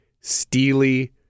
Steely